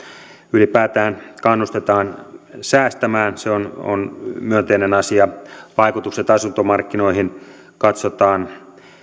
ylipäätään kannustetaan säästämään se on on myönteinen asia vaikutukset asuntomarkkinoihin katsotaan